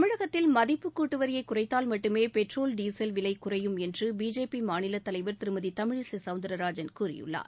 தமிழகத்தில் மதிப்புக் கூட்டுவரியைகுறைத்தால் மட்டுமேபெட்ரோல் டீசல் விலைகுறையும் என்றுபிஜேபிமாநிலத் தலைவர் திருமதிதமிழிசைசௌந்தரராஜன் கூறியுள்ளார்